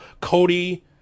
Cody